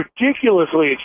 ridiculously